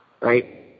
right